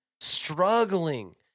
Struggling